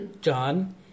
John